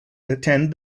attend